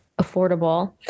affordable